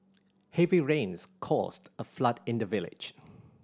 heavy rains caused a flood in the village